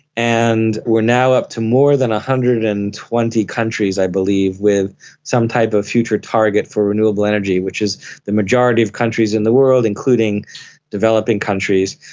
and we are now up to more than one ah hundred and twenty countries i believe with some type of future target for renewable energy which is the majority of countries in the world, including developing countries.